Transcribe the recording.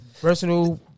personal